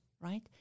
right